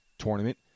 tournament